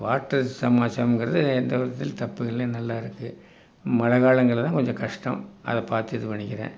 water சமாச்சாரம்ங்கிறது எந்த விதத்திலையும் தப்பு இல்லை நல்லாயிருக்கு மழை காலங்களில் தான் கொஞ்சம் கஷ்டம் அதை பார்த்து இது பண்ணிக்கிறேன்